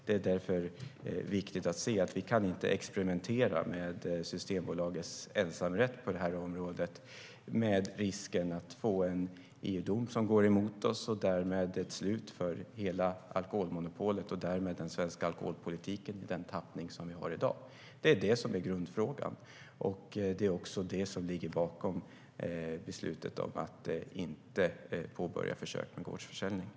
Det är viktigt att se att vi inte kan experimentera med Systembolagets ensamrätt på området. Risken är att vi får en EU-dom emot oss och därmed ett slut för hela alkoholmonopolet och den svenska alkoholpolitiken i den tappning som vi har i dag.